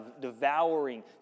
devouring